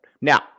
now